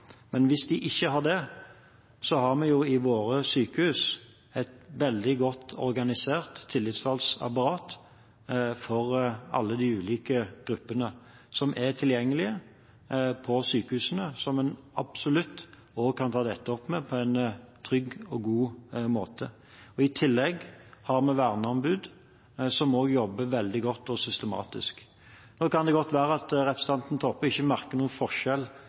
ikke har det, har vi i våre sykehus et veldig godt organisert tillitsvalgtapparat for alle de ulike gruppene, som er tilgjengelig på sykehusene, som en absolutt kan ta dette opp med på en trygg og god måte. I tillegg har vi verneombud som jobber veldig godt og systematisk. Nå kan det godt være at representanten Toppe ikke merker noen forskjell